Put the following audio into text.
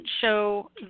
show